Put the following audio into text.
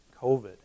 COVID